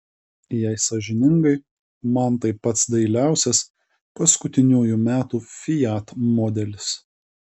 jei sąžiningai man tai pats dailiausias paskutiniųjų metų fiat modelis